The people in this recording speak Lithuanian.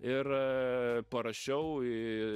ir parašiau į